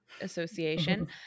association